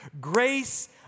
grace